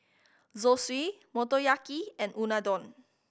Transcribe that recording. Zosui Motoyaki and Unadon